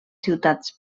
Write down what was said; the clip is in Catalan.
ciutats